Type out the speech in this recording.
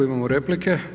Imamo replike.